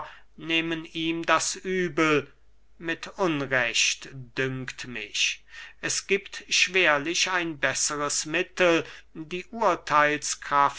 nehmen ihm das übel mit unrecht dünkt mich es giebt schwerlich ein besseres mittel die